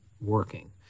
working